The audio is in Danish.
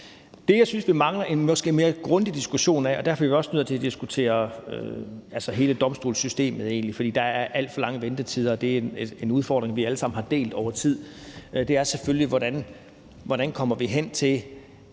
Det, jeg synes vi mangler, er måske en mere grundig diskussion af – og derfor er vi egentlig også nødt til at diskutere hele domstolssystemet, for der er alt for lange ventetider, og det er en udfordring, vi alle sammen har delt over tid – er selvfølgelig, hvordan vi kommer hen til,